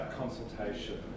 consultation